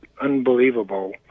unbelievable